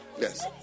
yes